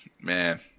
man